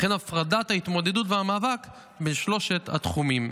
וכן הפרדת ההתמודדות והמאבק בין שלושת התחומים.